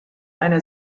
einer